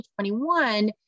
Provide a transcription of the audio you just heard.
2021